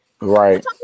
right